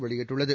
வெளியிட்டுள்ளது